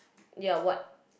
ya what